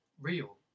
real